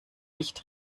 nicht